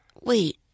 Wait